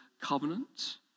covenant